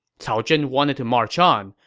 cao zhen wanted to march on,